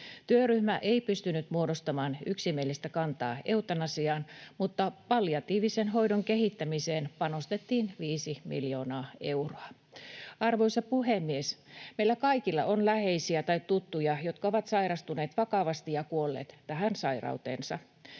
Työryhmä ei pystynyt muodostamaan yksimielistä kantaa eutanasiaan, mutta palliatiivisen hoidon kehittämiseen panostettiin viisi miljoonaa euroa. Arvoisa puhemies! Meillä kaikilla on läheisiä tai tuttuja, jotka ovat sairastuneet vakavasti ja kuolleet tähän sairauteensa.